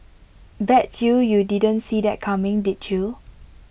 bet you you didn't see that coming did you